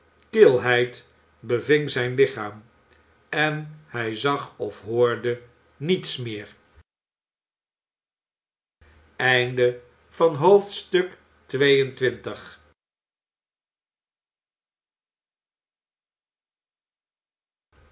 kilheid beving zijn lichaam en hij zag of hoorde niets meer